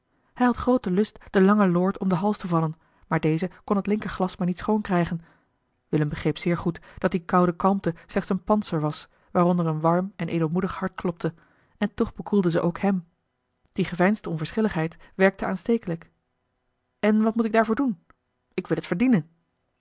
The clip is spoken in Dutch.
hij had grooten lust den langen lord om den hals te vallen maar deze kon het linkerglas maar niet schoon krijgen willem begreep zeer goed dat die koude kalmte slechts een pantser was waaronder een warm en edelmoedig hart klopte en toch bekoelde ze ook hem die geveinsde onverschilligheid werkte aanstekelijk en wat moet ik daarvoor doen ik wil het verdienen